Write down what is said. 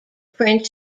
print